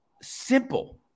simple